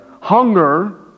hunger